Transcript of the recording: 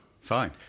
Fine